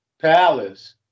Palace